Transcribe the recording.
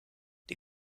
die